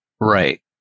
right